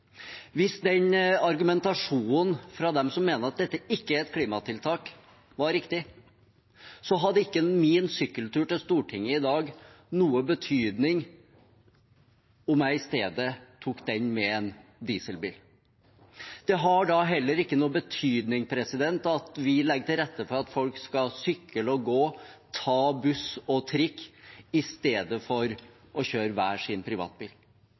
Hvis den argumentasjonen fra de som mener at dette ikke er et klimatiltak var riktig, hadde ikke min sykkeltur til Stortinget i dag noen betydning i forhold til om jeg i stedet tok turen med dieselbil. Det har da heller ingen betydning at vi legger til rette for at folk skal sykle og gå, ta buss og trikk, i stedet for å kjøre hver sin privatbil.